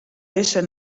dizze